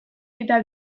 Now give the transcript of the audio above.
eta